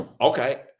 okay